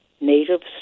natives